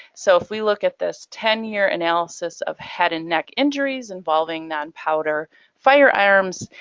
so if we look at this ten year analysis of head and neck injuries involving nonpowder firearms,